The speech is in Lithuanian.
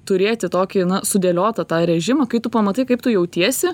turėti tokį sudėliotą tą režimą kai tu pamatai kaip tu jautiesi